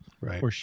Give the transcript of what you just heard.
Right